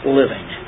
living